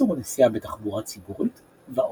איסור נסיעה בתחבורה ציבורית ועוד.